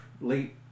late